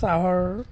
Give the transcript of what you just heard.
চাহৰ